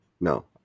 no